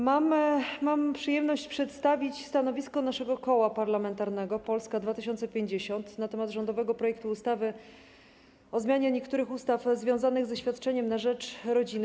Mam przyjemność przedstawić stanowisko naszego Koła Parlamentarnego Polska 2050 na temat rządowego projektu ustawy o zmianie niektórych ustaw związanych ze świadczeniem na rzecz rodziny.